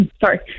sorry